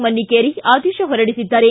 ಮನ್ನಿಕೇರಿ ಆದೇಶ ಹೊರಡಿಸಿದ್ದಾರೆ